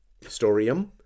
historium